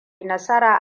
nasara